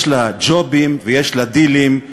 יש לה ג'ובים ויש לה דילים,